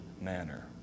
manner